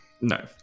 No